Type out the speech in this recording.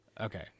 Okay